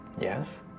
Yes